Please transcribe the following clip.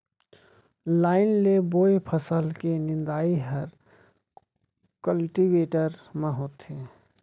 line ले बोए फसल के निंदई हर कल्टीवेटर म होथे